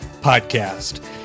Podcast